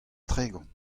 tregont